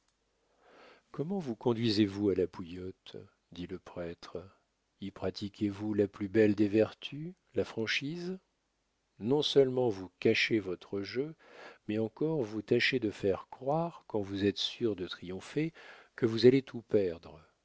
comment vous conduisez-vous à la bouillotte dit le prêtre y pratiquez vous la plus belle des vertus la franchise non seulement vous cachez votre jeu mais encore vous tâchez de faire croire quand vous êtes sûr de triompher que vous allez tout perdre